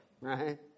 right